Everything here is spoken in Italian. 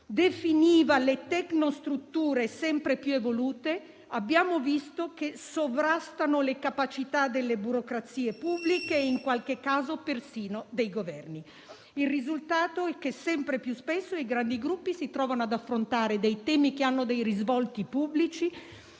definiva le tecnostrutture, sempre più evolute, sovrastano le capacità delle burocrazie pubbliche e, in qualche caso, perfino dei Governi. Il risultato è che sempre più spesso i grandi gruppi si trovano ad affrontare temi che hanno risvolti pubblici,